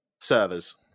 servers